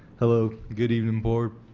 hello. good evening board.